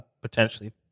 potentially